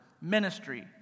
ministry